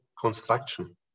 construction